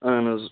اہن حظ